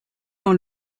dans